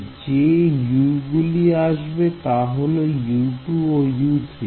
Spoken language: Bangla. তাই যে U গুলি আসবে তা হল U2 ও U3